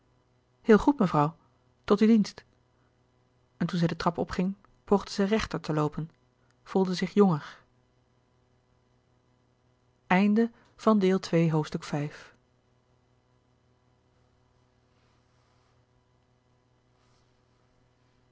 heel goed mevrouw tot uw dienst en toen zij de trap opging poogde zij rechter te loopen voelde zich jonger